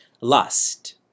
lust